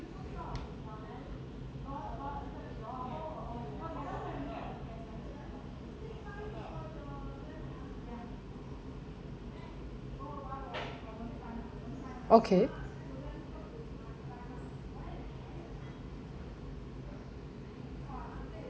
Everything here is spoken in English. okay